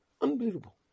Unbelievable